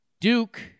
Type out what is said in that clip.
Duke